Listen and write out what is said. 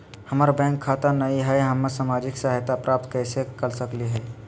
हमार बैंक खाता नई हई, हम सामाजिक सहायता प्राप्त कैसे के सकली हई?